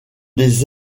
des